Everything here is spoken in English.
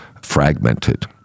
fragmented